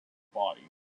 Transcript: body